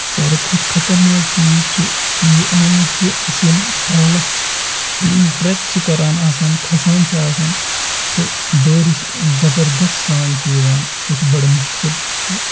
سارِوٕے کھۄتہٕ خَطرناک چیٖز چھُ یہِ آمُت زِ أسۍ ییٚلہِ بالَس ٹرٛیک چھِ کَران آسان کھَسان چھِ آسان تہٕ بٲرِش زَبردَس سان چھِ یِوان سُہ چھُ بَڈٕ مُشکِل تہٕ